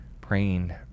praying